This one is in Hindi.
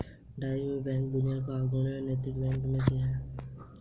ट्रायोडोस बैंक दुनिया के अग्रणी नैतिक बैंकों में से एक है